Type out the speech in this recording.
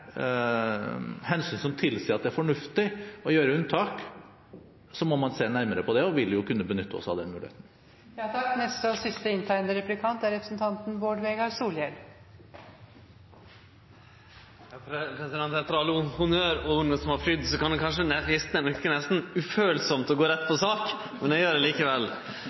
hensyn som tilsier at det er fornuftig å gjøre unntak, må man se nærmere på det, og vi vil kunne benytte oss av den muligheten. Etter alle honnørorda som har floge, kan det kanskje verke nesten ufølsamt å gå rett på sak. Eg gjer det likevel.